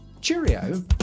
Cheerio